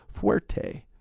Fuerte